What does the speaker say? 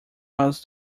was